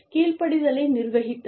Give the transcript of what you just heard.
கீழ்ப்படிதலை நிர்வகித்தல்